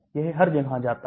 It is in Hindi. यह हर जगह जाता है